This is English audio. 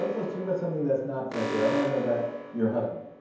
let's talk about something that's not fresh air. i want to know about your husband.